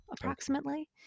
approximately